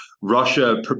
Russia